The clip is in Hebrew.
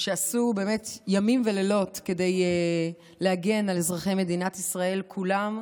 שעשו באמת ימים ולילות כדי להגן על אזרחי מדינת ישראל כולם,